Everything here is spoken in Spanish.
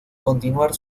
continuar